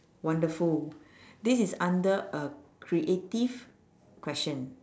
wonderful this is under a creative question